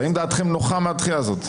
האם דעתכם נוחה מהדחייה הזאת?